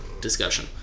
discussion